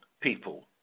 people